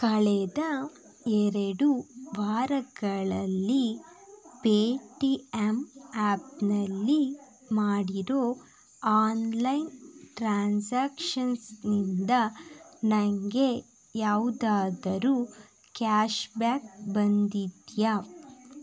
ಕಳೆದ ಎರಡು ವಾರಗಳಲ್ಲಿ ಪೇ ಟಿ ಎಮ್ ಆ್ಯಪ್ನಲ್ಲಿ ಮಾಡಿರೋ ಆನ್ ಲೈನ್ ಟ್ರಾನ್ಸಾಕ್ಷನ್ಸಿಂದ ನಂಗೆ ಯಾವುದಾದರೂ ಕ್ಯಾಷ್ ಬ್ಯಾಕ್ ಬಂದಿದೆಯೇ